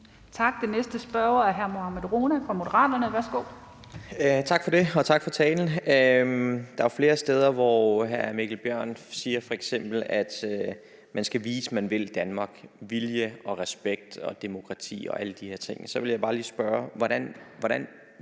Tak. Den næste spørger er hr. Mohammad Rona fra Moderaterne. Værsgo. Kl. 12:19 Mohammad Rona (M): Tak, og tak for talen. Der er jo flere steder, hvor hr. Mikkel Bjørn f.eks. siger, at man skal vise, at man vil Danmark, vilje, respekt og demokrati og alle de her ting. Så vil jeg bare lige spørge: Hvordan